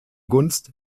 gunst